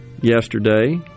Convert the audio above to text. yesterday